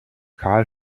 carl